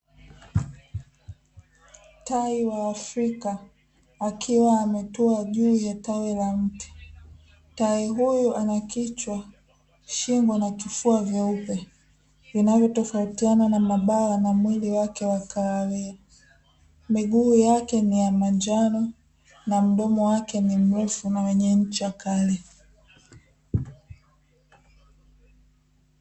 Tai wa Afrika akiwa ametua juu ya tawi la mti, tai huyu ana kichwa, shingo na kifua vyeupe, vinavyotofautiana na mabawa na mwili wake wa kahawia, miguu yake ni ya manjano na mdomo wake ni mrefu na wenye ncha kali.